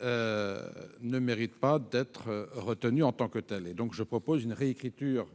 ne méritent pas d'être retenues en tant que telles. Je propose donc une réécriture